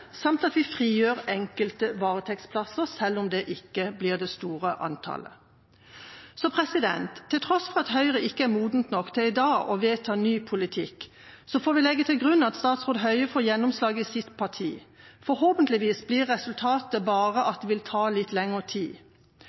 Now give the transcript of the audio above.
samt at vi frigjør enkelte varetektsplasser, selv om det ikke blir det store antallet. Til tross for at Høyre ikke er modent nok til i dag å vedta ny politikk, får vi legge til grunn at statsråd Høie får gjennomslag i sitt parti. Forhåpentligvis blir resultatet bare at det vil ta litt lengre tid.